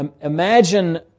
imagine